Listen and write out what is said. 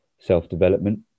self-development